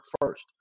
first